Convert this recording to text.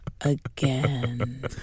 Again